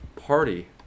Party